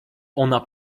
ona